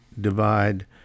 divide